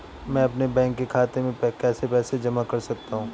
मैं अपने बैंक खाते में पैसे कैसे जमा कर सकता हूँ?